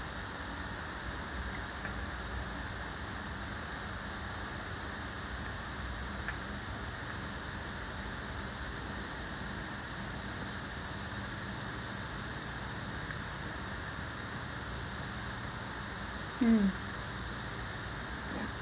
mm